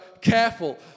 careful